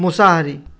Mochahary